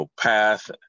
path